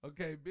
Okay